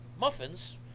muffins